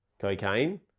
cocaine